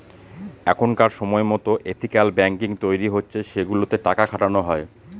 এখনকার সময়তো ethical banking তৈরী হচ্ছে সেগুলোতে টাকা খাটানো হয়